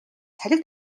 салхи